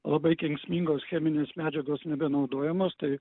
labai kenksmingos cheminės medžiagos nebenaudojamos tai